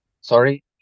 sorry